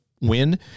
win